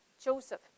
Joseph